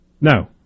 no